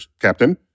Captain